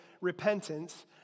repentance